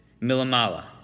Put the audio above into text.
milamala